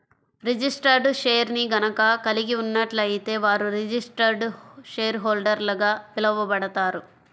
registered షేర్ని గనక కలిగి ఉన్నట్లయితే వారు రిజిస్టర్డ్ షేర్హోల్డర్గా పిలవబడతారు